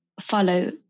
follow